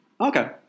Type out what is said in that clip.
Okay